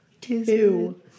Two